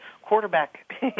quarterback